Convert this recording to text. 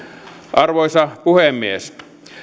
arvoisa puhemies